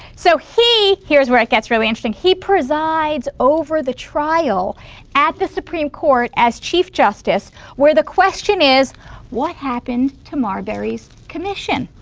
so here's where it gets really interesting he presides over the trial at the supreme court as chief justice where the question is what happened to marbury's commission.